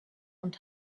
und